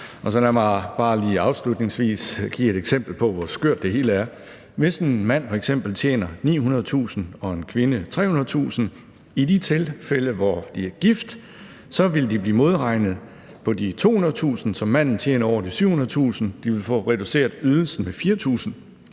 Lad mig så bare lige afslutningsvis give et eksempel på, hvor skørt det hele er. Hvis en mand f.eks. tjener 900.000 kr. og en kvinde 300.000 kr., vil de i de tilfælde, hvor de er gift, blive modregnet på de 200.000 kr., som manden tjener over de 700.000 kr.; de vil få reduceret ydelsen med 4.000